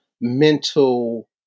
mental